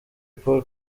paul